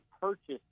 purchased